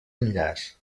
enllaç